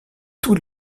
tous